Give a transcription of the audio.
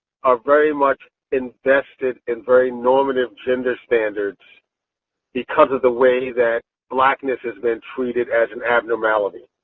are very much invested in very normative gender standards because of the way that blackness has been treated as an abnormality.